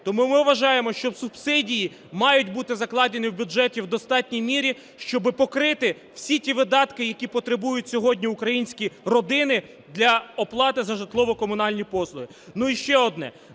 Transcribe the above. Тому ми вважаємо, що субсидії мають бути закладені в бюджеті в достатній мірі, щоб покрити всі ті видатки, які потребують сьогодні українські родини для оплати за житлово-комунальні послуги. Ну, і ще одне.